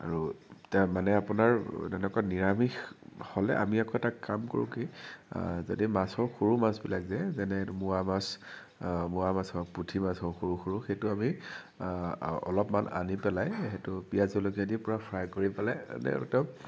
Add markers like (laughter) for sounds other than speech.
আৰু তাৰমানে আপোনাৰ এনেকুৱা নিৰামিষ হ'লে আমি আকৌ এটা কাম কৰোঁ কি যদি মাছৰ সৰু মাছবিলাক যে যেনে মোৱা মাছ মোৱা মাছ হওঁক পুঠি মাছ হওঁক সৰু সৰু সেইটো আমি অলপমান আনি পেলাই সেইটো পিয়াঁজ জলকীয়া দি পুৰা ফ্ৰাই কৰি পেলাই (unintelligible)